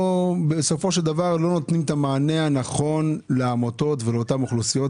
ובסופו של דבר הם לא נותנים את המענה הנכון לעמותות ולאותן אוכלוסיות.